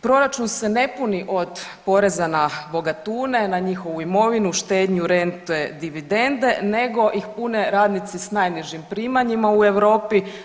Proračun se ne puni od poreza na bogatune, njihovu imovinu, štednju, rente, dividende nego ih pune radnici sa najnižim primanjima u Europi.